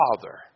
Father